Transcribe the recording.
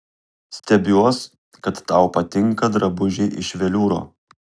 stebiuos kad tau patinka drabužiai iš veliūro